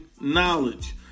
knowledge